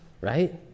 right